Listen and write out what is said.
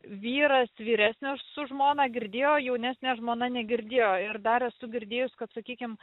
vyras vyresnis už žmoną girdėjo o jaunesnė žmona negirdėjo ir dar esu girdėjus kad sakykim